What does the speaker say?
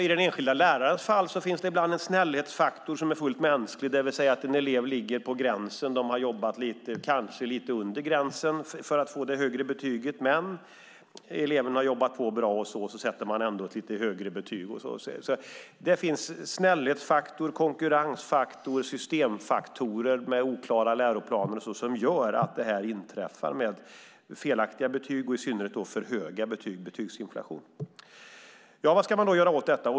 I den enskilda lärarens fall finns det ibland också en snällhetsfaktor, vilket är fullt mänskligt. En elev ligger på eller kanske lite under gränsen för att få det högre betyget men har jobbat på bra, och då sätter man trots allt ett lite högre betyg. Det finns således en snällhetsfaktor, en konkurrensfaktor och systemfaktorer med oklara läroplaner som gör att detta med felaktiga betyg, i synnerhet alltför höga betyg, inträffar och vi får betygsinflation. Vad ska man då göra åt detta?